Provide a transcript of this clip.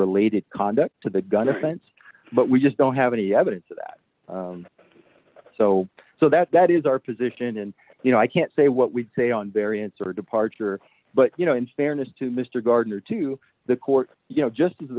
related conduct to the gun offense but we just don't have any evidence of that so so that's that is our position and you know i can't say what we say on variance or departure but you know in fairness to mr gardner to the court you know just as